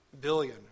billion